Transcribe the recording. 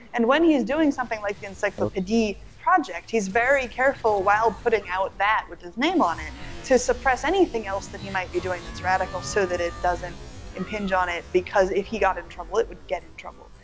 and when he's doing something like the encyclopedie project he's very careful while putting out that with his name on it to suppress anything else that he might be doing that's radical so that it doesn't impinge on it because if he got in trouble, it would get in trouble.